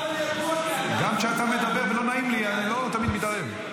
אתה הרי ידוע כאדם --- גם כשאתה מדבר ולא נעים לי אני לא תמיד מתערב.